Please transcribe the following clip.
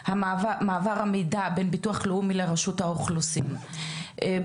מעבר המידע בין המוסד לביטוח לאומי לרשות האוכלוסין וההגירה.